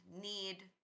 need